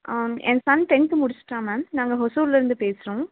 ஆ என் son tenth முடித்துட்டான் ma'am நாங்கள் ஓசூர்லேருந்து பேசுகிறோம் மேம்